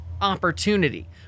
opportunity